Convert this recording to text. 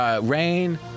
rain